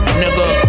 nigga